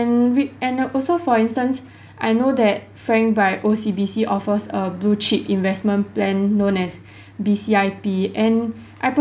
and re~ and I also for instance I know that Frank by O_C_B_C offers a blue chip investment plan known as B_C_I_P and I